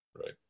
right